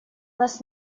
нас